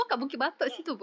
no